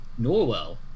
Norwell